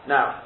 Now